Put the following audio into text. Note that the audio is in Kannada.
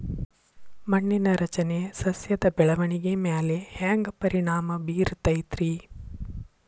ಮಣ್ಣಿನ ರಚನೆ ಸಸ್ಯದ ಬೆಳವಣಿಗೆ ಮ್ಯಾಲೆ ಹ್ಯಾಂಗ್ ಪರಿಣಾಮ ಬೇರತೈತ್ರಿ?